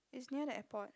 it's near the airport